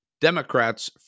Democrats